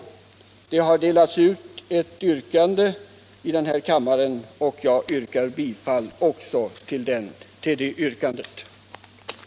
Jag kommer att ansluta mig till det yrkande som herr Lindkvist senare kommer att framställa.